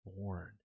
born